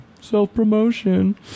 Self-promotion